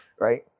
right